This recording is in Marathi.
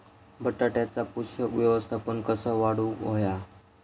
बटाट्याचा पोषक व्यवस्थापन कसा वाढवुक होया?